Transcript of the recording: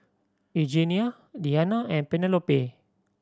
Eugenia Deanna and Penelope